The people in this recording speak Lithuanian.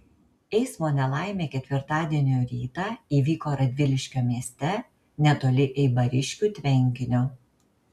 eismo nelaimė ketvirtadienio rytą įvyko radviliškio mieste netoli eibariškių tvenkinio